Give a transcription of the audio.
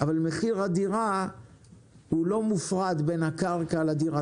אבל מחיר הדירה לא מופרד בין הקרקע לדירה,